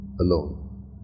Alone